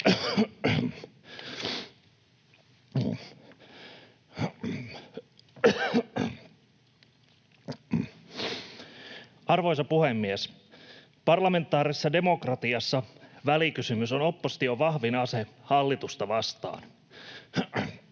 Arvoisa puhemies! Parlamentaarisessa demokratiassa välikysymys on opposition vahvin ase hallitusta vastaan.